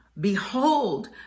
behold